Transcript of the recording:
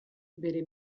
bere